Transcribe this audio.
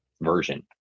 version